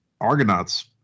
Argonauts